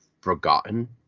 forgotten